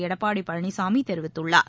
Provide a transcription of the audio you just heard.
எடப்பாடி பழனிசாமி தெரிவித்துள்ளார்